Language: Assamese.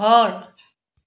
ঘৰ